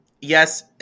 yes